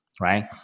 right